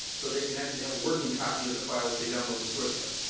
so they can actually have a working copy of the file if they download the source code.